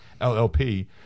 LLP